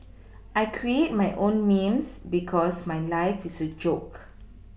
I create my own memes because my life is a joke